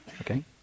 Okay